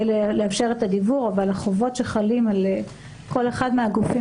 לאפשר את הדיוור אבל החובות שחלות על כל אחד מהגופים